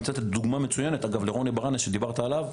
אני רוצה לתת דוגמה מצוינת של רוני ברנס שדיברת עליו.